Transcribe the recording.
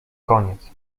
koniec